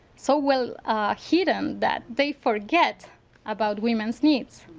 so well hidden that they forget about women's needs.